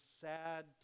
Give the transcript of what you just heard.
sad